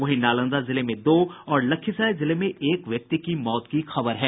वहीं नालंदा जिले में दो और लखीसराय जिले में एक व्यक्ति की मौत की खबर है